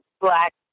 black